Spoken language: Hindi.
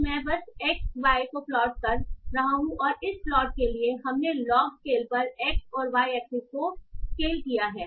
तो मैं बस x y को प्लॉट कर रहा हूं और इस प्लॉट के लिए हमने लॉग स्केल पर x और y एक्सिस को स्केल किया है